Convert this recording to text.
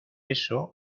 eso